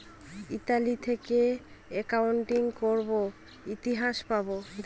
Italy থেকে accounting করাবো ইতিহাস পাবো